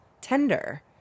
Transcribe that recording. tender